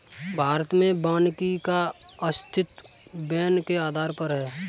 भारत में वानिकी का अस्तित्व वैन के आधार पर है